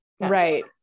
Right